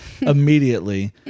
immediately